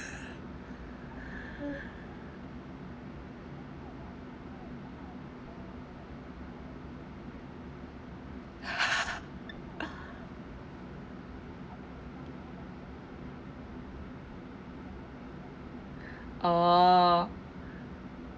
oh